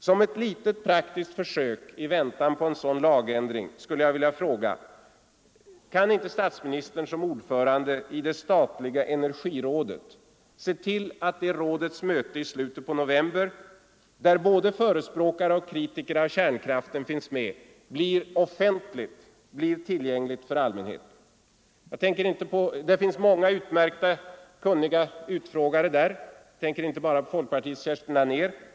Som ett litet praktiskt försök i väntan på en sådan lagändring, kan inte statsministern som ordförande i det statliga energirådet se till, att rådets möte i slutet av november — där både förespråkare för och kritiker av kärnkraften finns med — blir offentligt, blir tillgängligt för allmän heten? Det finns många utmärkta, kunniga utfrågare där — jag tänker inte bara på folkpartiets Kerstin Anér.